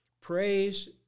praise